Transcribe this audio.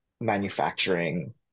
manufacturing